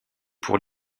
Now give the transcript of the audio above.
pour